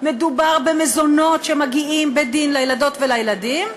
מדובר במזונות שמגיעים בדין לילדות ולילדים,